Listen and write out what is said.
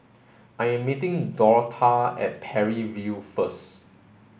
I am meeting Dortha at Parry View first